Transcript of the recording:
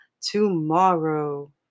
tomorrow